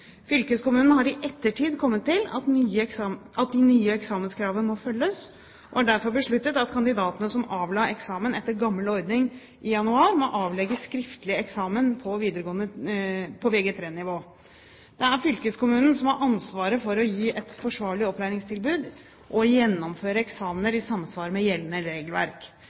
har i ettertid kommet til at det nye eksamenskravet må følges, og har derfor besluttet at kandidatene som avla eksamen etter gammel ordning i januar, må avlegge skriftlig eksamen på Vg3-nivå. Det er fylkeskommunen som har ansvaret for å gi et forsvarlig opplæringstilbud og gjennomføre eksamener i samsvar med gjeldende regelverk.